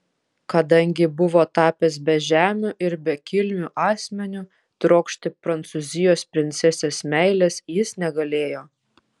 kadangi buvo tapęs bežemiu ir bekilmiu asmeniu trokšti prancūzijos princesės meilės jis negalėjo